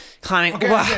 climbing